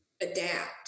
adapt